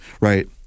Right